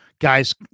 guys